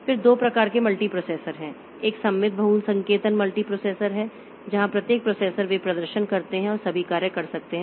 फिर 2 प्रकार के मल्टी प्रोसेसर हैं एक सममित बहुसंकेतन मल्टीप्रोसेसर है जहां प्रत्येक प्रोसेसर वे प्रदर्शन करते हैं सभी कार्य कर सकते हैं